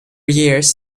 years